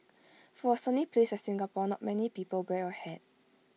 for A sunny place like Singapore not many people wear A hat